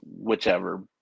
whichever